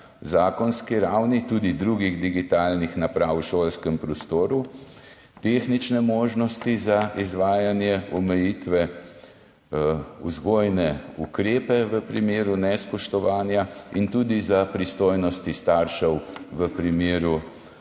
zakonski ravni tudi drugih digitalnih naprav v šolskem prostoru, tehnične možnosti za izvajanje omejitve, vzgojne ukrepe v primeru nespoštovanja in tudi za pristojnosti staršev v primeru